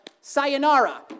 sayonara